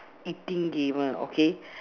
eating gamer okay